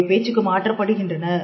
அவை பேச்சுக்கு மாற்றப்படுகின்றன